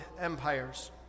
empires